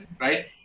Right